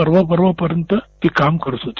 परवा पर्यंत ती काम करत होती